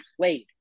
played